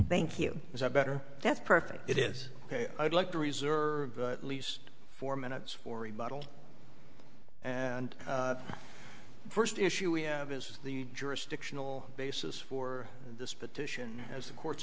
thank you is a better that's perfect it is ok i'd like to reserve at least four minutes for rebuttal and the first issue we have is the jurisdictional basis for this petition as the court